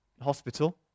hospital